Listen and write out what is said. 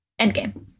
Endgame